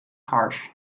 harsh